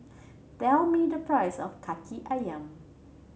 tell me the price of Kaki Ayam